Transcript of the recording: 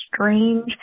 strange